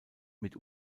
mit